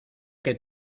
que